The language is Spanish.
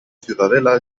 ciudadela